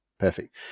Perfect